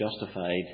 justified